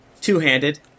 two-handed